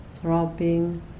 throbbing